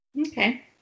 Okay